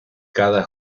cada